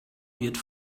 wird